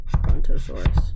brontosaurus